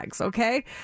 Okay